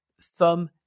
Thumb